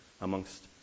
amongst